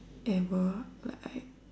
ever like I